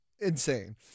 insane